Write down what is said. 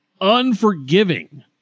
unforgiving